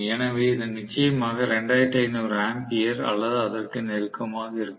எனவே இது நிச்சயமாக 2500 ஆம்பியர் அல்லது அதற்கு நெருக்கமாக இருக்கும்